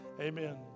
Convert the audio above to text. Amen